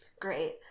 Great